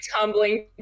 tumbling